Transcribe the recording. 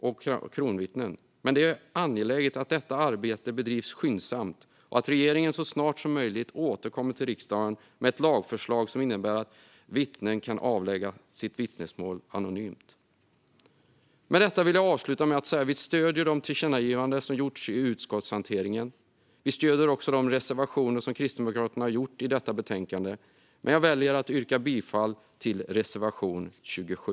Det är dock angeläget att detta arbete bedrivs skyndsamt och att regeringen så snart som möjligt återkommer till riksdagen med ett lagförslag som innebär att vittnen kan avlägga sina vittnesmål anonymt. Jag vill avsluta med att säga att vi stöder de tillkännagivanden som föreslås efter utskottshanteringen. Vi stöder också de reservationer som Kristdemokraterna lagt fram i detta betänkande. Jag väljer dock att yrka bifall enbart till reservation 27.